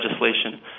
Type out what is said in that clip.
legislation